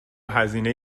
هزینه